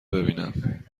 ببینم